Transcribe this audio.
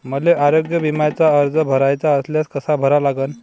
मले आरोग्य बिम्याचा अर्ज भराचा असल्यास कसा भरा लागन?